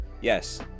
Yes